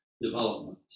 development